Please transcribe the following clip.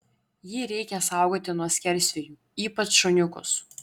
jį reikia saugoti nuo skersvėjų ypač šuniukus